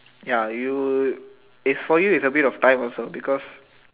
ya you is for you is a bit of time also because